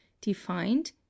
defined